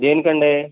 దేనికండి